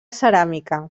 ceràmica